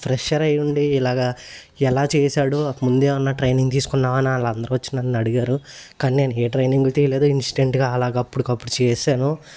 ఒక ఫ్రెషర్ అయ్యుండి ఇలాగా ఎలా చేసాడు ముందేమన్నా ట్రైనింగ్ తీసుకున్నావా అని వాళ్ళందరూ వచ్చి నన్ను అడిగారు కానీ నేను ఏ ట్రైనింగ్ తీలేదు ఇన్స్టెంట్గా అలాగా అప్పుడుకప్పుడు చేసేసాను